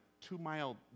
two-mile